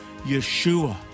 Yeshua